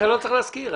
אתה לא צריך להזכיר.